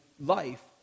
life